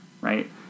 right